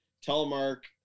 Telemark